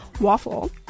waffle